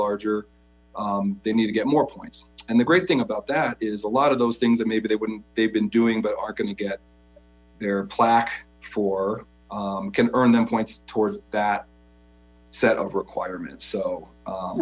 larger they need to get more points and the great thing about that is a lot of those things that maybe they wouldn't they've been doing but are going to get their plaque for can earn them points towards that set of requirements so